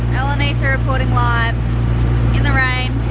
elaynita reporting live in the rain